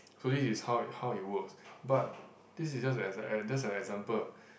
so this is how it how it works but this is just an exa~ just a example